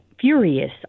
furious